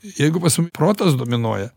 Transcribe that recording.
jeigu pas mumi protas dominuoja